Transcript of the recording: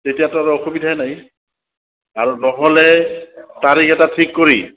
তেতিয়া ত' আৰু অসুবিধাই নাই আৰু নহ'লে তাৰিখ এটা ঠিক কৰি